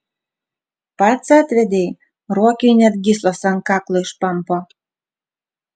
pats atvedei ruokiui net gyslos ant kaklo išpampo